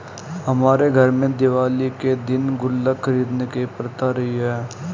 हमारे घर में दिवाली के दिन गुल्लक खरीदने की प्रथा रही है